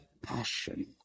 passion